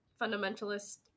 fundamentalist